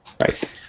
Right